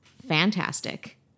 Fantastic